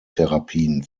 therapien